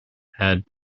had